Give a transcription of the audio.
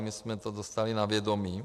My jsme to dostali na vědomí.